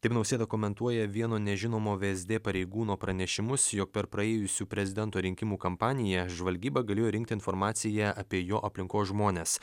taip nausėda komentuoja vieno nežinomo vsd pareigūno pranešimus jog per praėjusių prezidento rinkimų kampaniją žvalgyba galėjo rinkti informaciją apie jo aplinkos žmones